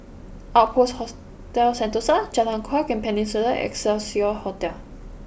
Outpost Hostel Sentosa Jalan Kuak and Peninsula Excelsior Hotel